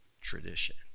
tradition